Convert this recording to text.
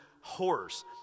horrors